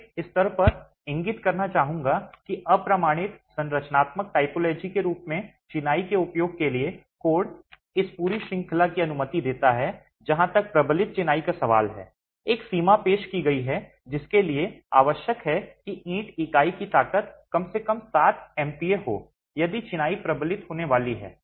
मैं इस स्तर पर इंगित करना चाहूंगा कि अप्रमाणित संरचनात्मक टाइपोलॉजी के रूप में चिनाई के उपयोग के लिए कोड इस पूरी श्रृंखला की अनुमति देता है जहाँ तक प्रबलित चिनाई का सवाल है एक सीमा पेश की गई है जिसके लिए आवश्यक है कि ईंट इकाई की ताकत कम से कम 7 MPa हो यदि चिनाई प्रबलित होने वाली है